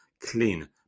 clean